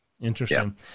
Interesting